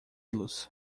los